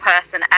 person